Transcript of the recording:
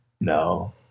No